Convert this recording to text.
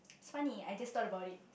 it's funny I just thought about it